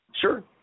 Sure